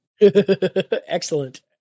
Excellent